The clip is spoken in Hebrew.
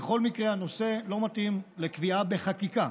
בכל מקרה, הנושא לא מתאים לקביעה בחקיקה